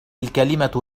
الكلمة